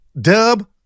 Dub